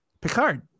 Picard